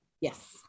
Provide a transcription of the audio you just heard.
yes